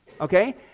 okay